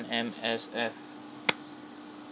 M_S_F